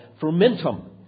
fermentum